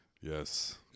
yes